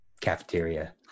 cafeteria